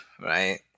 right